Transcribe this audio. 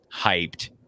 hyped